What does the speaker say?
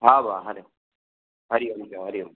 हा हा हरी ओम